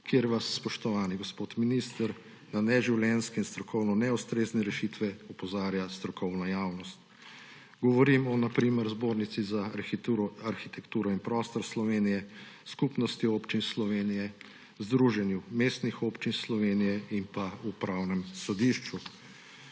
kjer vas, spoštovani gospod minister, na neživljenjske in strokovno neustrezne rešitve opozarja strokovna javnost. Govorim na primer o Zbornici za arhitekturo in prostor Slovenije, Skupnosti občin Slovenije, Združenju mestnih občin Slovenije in o Upravnem sodišču.